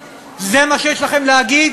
זה מה שיש לכם להגיד?